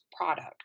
product